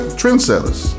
trendsetters